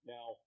Now